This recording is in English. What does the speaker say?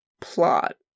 plot